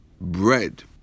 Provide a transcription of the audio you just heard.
bread